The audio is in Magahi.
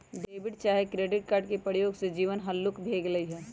डेबिट चाहे क्रेडिट कार्ड के प्रयोग से जीवन हल्लुक भें गेल हइ